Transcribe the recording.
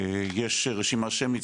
יש רשימה שמית,